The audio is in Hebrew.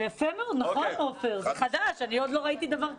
אני עוד לא ראיתי דבר כזה.